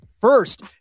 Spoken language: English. first